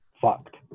fucked